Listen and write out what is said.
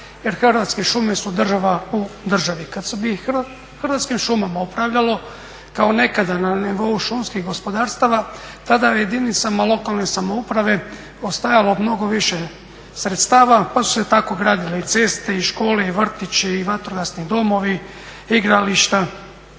jer Hrvatske šume su država u državi. Kad se Hrvatskim šumama upravljalo kao nekada na nivou šumskih gospodarstava, tada u jedinicama lokalne samouprave ostajalo mnogo više sredstava pa su se tako gradile i ceste i škole i vrtići i vatrogasni domovi, igrališta,